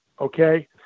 okay